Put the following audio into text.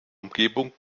umgebung